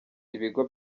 ibigo